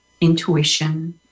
intuition